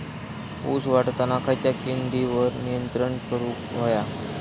ऊस वाढताना खयच्या किडींवर नियंत्रण करुक व्हया?